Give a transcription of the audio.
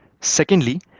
Secondly